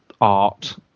art